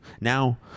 Now